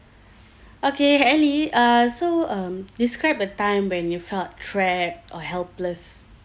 okay elly uh so um describe a time when you felt trapped or helpless